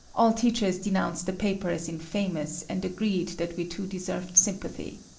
all teachers denounced the paper as infamous and agreed that we two deserved sympathy.